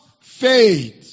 faith